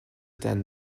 than